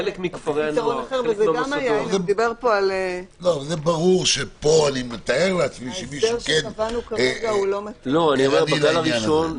אני מתאר לעצמי שמישהו כן ערני לעניין הזה.